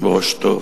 עם ראש טוב,